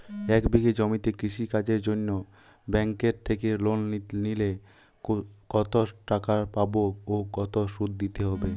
এক বিঘে জমিতে কৃষি কাজের জন্য ব্যাঙ্কের থেকে লোন নিলে কত টাকা পাবো ও কত শুধু দিতে হবে?